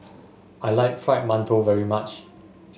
I like Fried Mantou very much